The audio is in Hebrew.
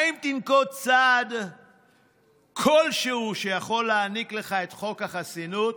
האם תנקוט צעד כלשהו שיכול להעניק לך את חוק החסינות?